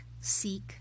seek